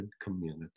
community